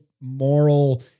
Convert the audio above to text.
moral